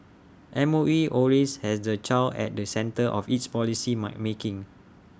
M O E always has the child at the centre of its policy might making